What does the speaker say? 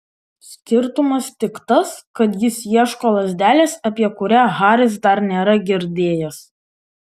skirtumas tik tas kad jis ieško lazdelės apie kurią haris dar nėra girdėjęs